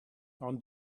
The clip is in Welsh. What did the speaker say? ond